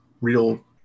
real